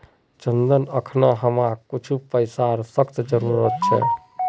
चंदन अखना हमाक कुछू पैसार सख्त जरूरत छ